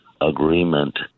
agreement